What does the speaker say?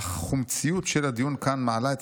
"אך החומציות של הדיון כאן מעלה את